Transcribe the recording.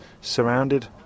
surrounded